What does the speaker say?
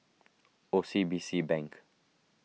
O C B C Bank